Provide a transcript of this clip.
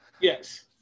Yes